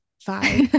Five